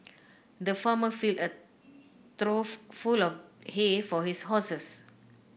the farmer filled a through full of hay for his horses